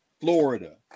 Florida